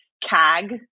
CAG